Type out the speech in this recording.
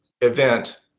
event